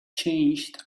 changed